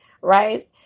Right